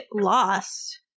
lost